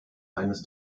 eines